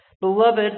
Beloved